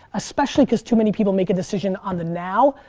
especially cause too many people make a decision on the now,